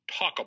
talkable